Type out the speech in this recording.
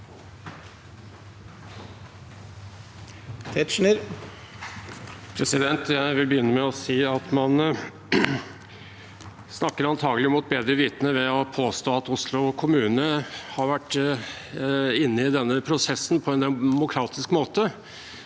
Jeg vil begynne med å si at man antakelig snakker mot bedre vitende ved å påstå at Oslo kommune har vært inne i denne prosessen på en demokratisk måte